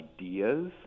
ideas